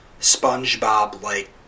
Spongebob-like